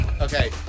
Okay